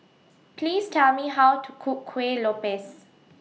Please Tell Me How to Cook Kuih Lopes